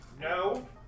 No